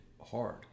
hard